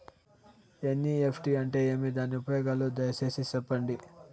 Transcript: NEFT అంటే ఏమి? దాని ఉపయోగాలు దయసేసి సెప్పండి?